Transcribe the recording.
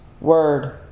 word